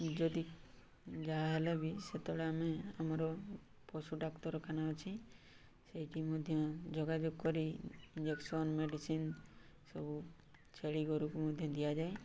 ଯଦି ଯାହା ହେଲେ ବି ସେତେବେଳେ ଆମେ ଆମର ପଶୁ ଡାକ୍ତରଖାନା ଅଛି ସେଇଠି ମଧ୍ୟ ଯୋଗାଯୋଗ କରି ଇଞ୍ଜେକ୍ସନ୍ ମେଡ଼ିସିନ୍ ସବୁ ଛେଳିଗୋରୁକୁ ମଧ୍ୟ ଦିଆଯାଏ